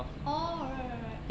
orh right right right